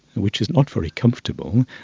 which is not very comfortable,